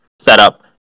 setup